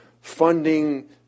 funding